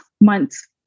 months